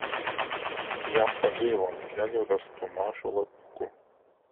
jam pagailo ant kelio rasto mažo lapiuko